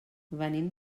venim